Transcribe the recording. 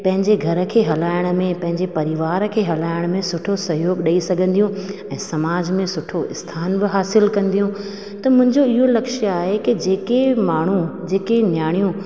पंहिंजे घर खे हलाइण में पंहिंजे परिवार खे हलाइण में सुठो सहयोग ॾेई सघंदियूं ऐं समाज में सुठो स्थान बि हासिलु कंदियूं त मुंहिंजो इहो लक्ष्य आहे कि जेके माण्हू जेके नियाणियूं